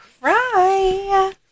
cry